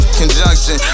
conjunction